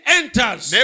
enters